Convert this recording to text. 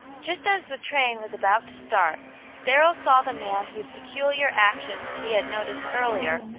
just as the train was about to start darrell saw the man whose peculiar actions he had noticed earlier,